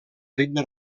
ritme